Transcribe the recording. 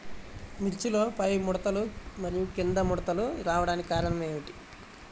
మిర్చిలో పైముడతలు మరియు క్రింది ముడతలు రావడానికి కారణం ఏమిటి?